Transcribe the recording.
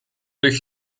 durch